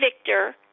Victor